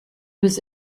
was